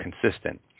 consistent